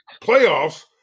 playoffs